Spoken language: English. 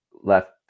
left